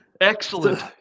Excellent